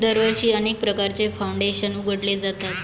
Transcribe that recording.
दरवर्षी अनेक प्रकारचे फाउंडेशन उघडले जातात